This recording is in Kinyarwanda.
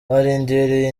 barindiriye